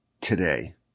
today